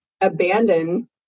abandon